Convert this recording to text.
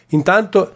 Intanto